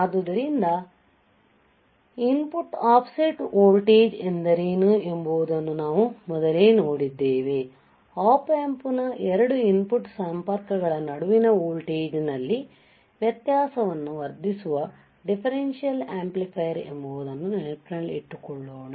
ಆದ್ದರಿಂದ input offset voltage ಎಂದರೇನು ಎಂಬುದನ್ನು ನಾವು ಮೊದಲೇ ನೋಡಿದ್ದೇವೆ Op Amp 2 ಇನ್ಪುಟ್ ಸಂಪರ್ಕಗಳ ನಡುವಿನ ವೋಲ್ಟೇಜ್ನಲ್ಲಿನ ವ್ಯತ್ಯಾಸವನ್ನು ವರ್ಧಿಸುವ ಡಿಫರೆನ್ಷಿಯಲ್ ಆಂಪ್ಲಿಫೈಯರ್ ಎಂಬುದನ್ನು ನೆನಪಿಟ್ಟುಕೊಳ್ಳೋಣ